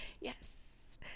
Yes